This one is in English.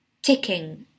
Ticking